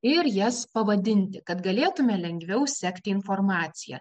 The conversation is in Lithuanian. ir jas pavadinti kad galėtume lengviau sekti informaciją